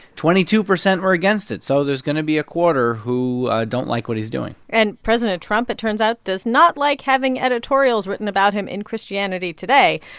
twenty-two percent were against it. so there's going to be a quarter who don't like what he's doing and president trump, it turns out, does not like having editorials written about him in christianity today.